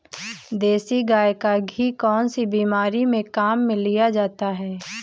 देसी गाय का घी कौनसी बीमारी में काम में लिया जाता है?